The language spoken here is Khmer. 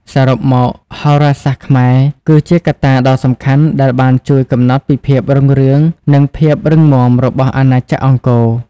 សរុបមក ហោរាសាស្ត្រខ្មែរគឺជាកត្តាដ៏សំខាន់ដែលបានជួយកំណត់ពីភាពរុងរឿងនិងភាពរឹងមាំរបស់អាណាចក្រអង្គរ។